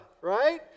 right